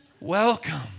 Welcome